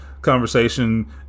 Conversation